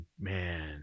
man